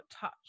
touch